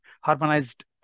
harmonized